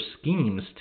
schemes